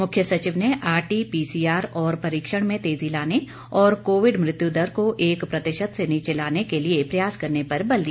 मुख्य सचिव ने आरटीपीसीआर परीक्षण में तेजी लाने और कोविड मृत्यु दर को एक प्रतिशत से नीचे लाने के लिए प्रयास करने पर बल दिया